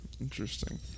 Interesting